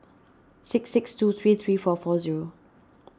six six two three three four four zero